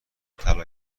طلا